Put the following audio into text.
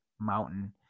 mountain